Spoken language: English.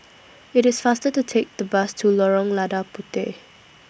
IT IS faster to Take The Bus to Lorong Lada Puteh